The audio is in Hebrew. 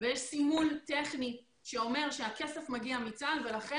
ויש סימול טכני שאומר שהכסף מגיע מצה"ל ולכן